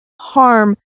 harm